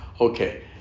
Okay